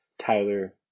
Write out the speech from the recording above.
Tyler